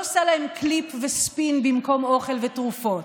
ולא עושה להם קליפ וספין במקום אוכל ותרופות.